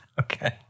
Okay